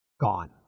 Gone